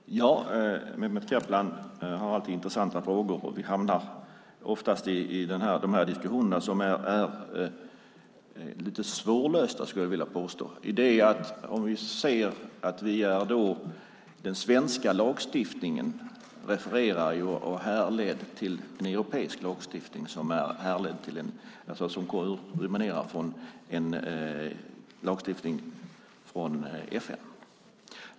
Fru talman! Mehmet Kaplan har alltid intressanta frågor, och vi hamnar oftast i de här diskussionerna som är lite svårlösta, skulle jag vilja påstå, för den svenska lagstiftningen refererar och härleder till en europeisk lagstiftning som kommer från en lagstiftning från FN.